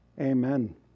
Amen